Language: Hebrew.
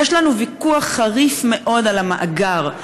יש לנו ויכוח חריף מאוד על המאגר,